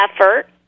effort